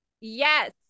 Yes